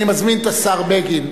אני מזמין את השר בגין.